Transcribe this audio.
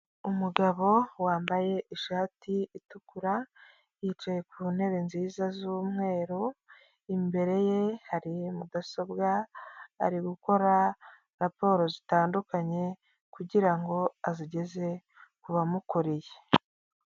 Umugabo wambaye ishati itukura yicaye ku ntebe nziza z'umweru, imbere ye hari mudasobwa ari gukora raporo zitandukanye kugirango azigeze kuba mukuriye.